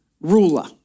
ruler